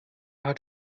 hat